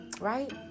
Right